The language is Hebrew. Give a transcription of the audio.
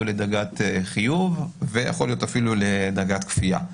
לדרגת חיוב ויכול להיות אפילו לדרגת כפייה.